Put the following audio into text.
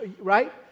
right